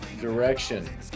direction